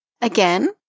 Again